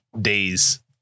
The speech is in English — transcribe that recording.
days